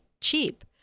cheap